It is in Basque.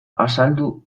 azaldu